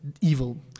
evil